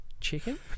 chicken